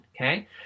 okay